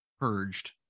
purged